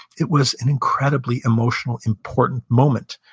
it was an incredibly emotional, important moment,